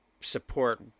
support